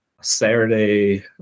Saturday